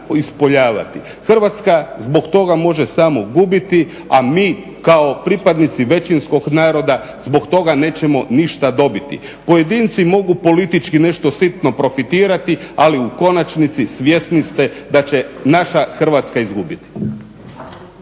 Hrvatska zbog toga može samo gubiti a mi kao pripadnici većinskog naroda zbog toga nećemo ništa dobiti. Pojedinci mogu politički nešto sitno profitirati ali u konačnici svjesni ste da će naša Hrvatska izgubiti.